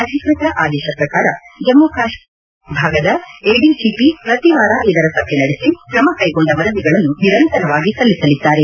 ಅಧಿಕೃತ ಆದೇಶ ಪ್ರಕಾರ ಜಮ್ಲು ಕಾಶ್ಲೀರ ಪೊಲೀಸ್ನ ಸಿಐಡಿ ವಿಭಾಗದ ಎಡಿಜಿಪಿ ಪ್ರತಿವಾರ ಇದರ ಸಭೆ ನಡೆಸಿ ಕ್ರಮ ಕೈಗೊಂಡ ವರದಿಗಳನ್ನು ನಿರಂತರವಾಗಿ ಸಲ್ಲಿಸಲಿದ್ದಾರೆ